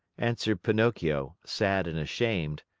answered pinocchio, sad and ashamed.